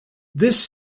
this